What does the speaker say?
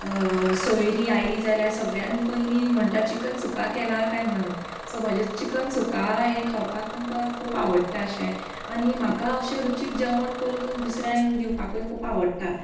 सोयरी आयलीं जाल्या सगळ्यान पयली म्हणटा चिकन सुका केलां काय म्हणून सो म्हजें चिकन सुका हें खावपाक तांकां खूब आवडटा अशें आनी म्हाका अशें रुचीक जेवण करून दुसऱ्यांक दिवपाकूय खूप आवडटा